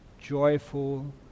joyful